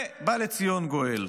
ובא לציון גואל,